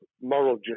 moral